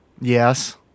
Yes